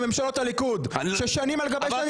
ממשלות הליכוד ששנים על גבי שנים לא עשו שום דבר.